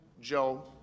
Joe